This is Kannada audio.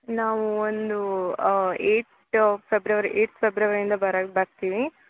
ನಾವು ಒಂದು ಏಯ್ಟ್ ಫೆಬ್ರವರಿ ಏಯ್ಟ್ ಫೆಬ್ರವರಿಯಿಂದ ಬರಂಗ್ ಬರ್ತೀವಿ